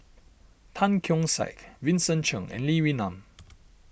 Tan Keong Saik Vincent Cheng and Lee Wee Nam